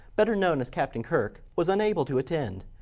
better known as captain kirk. was un-able to attend.